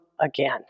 again